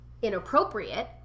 inappropriate